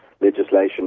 legislation